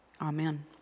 Amen